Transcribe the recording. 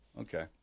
Okay